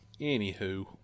Anywho